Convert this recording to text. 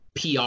PR